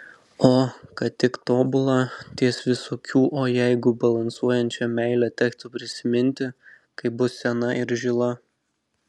o kad tik tobulą ties visokių o jeigu balansuojančią meilę tektų prisiminti kai bus sena ir žila